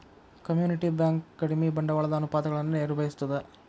community bank ಕಡಿಮಿ ಬಂಡವಾಳದ ಅನುಪಾತಗಳನ್ನ ನಿರ್ವಹಿಸ್ತದ